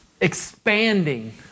expanding